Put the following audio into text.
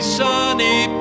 sunny